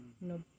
No